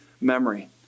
memory